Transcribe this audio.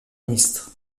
ministre